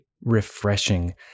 refreshing